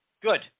Good